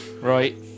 Right